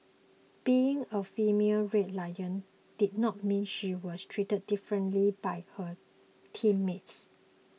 being a female Red Lion did not mean she was treated differently by her teammates